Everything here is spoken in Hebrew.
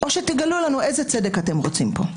או שתגלו לנו איזה צדק אתם רוצים פה.